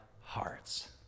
hearts